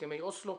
בהסכמי אוסלו,